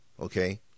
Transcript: okay